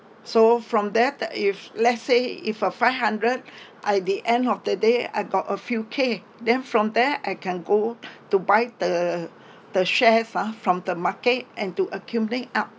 so from that uh if let's say if for five hundred I the end of the day I got a few K then from there I can go to buy the the shares ah from the market and to accumulate out